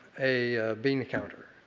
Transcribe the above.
a bean counter.